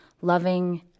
loving